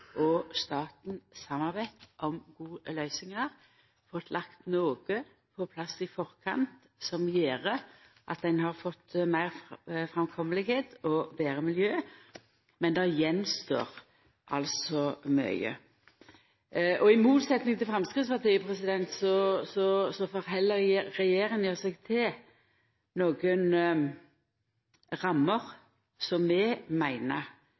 og staten samarbeidd om gode løysingar og har fått lagt noko på plass i forkant som gjer at ein har fått betre framkomst og betre miljø, men det gjenstår altså mykje. I motsetnad til Framstegspartiet held regjeringa seg til nokre rammer som vi meiner er trygge for